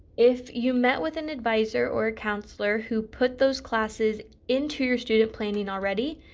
if you met with an advisor or counselor who put those classes into your student planning already,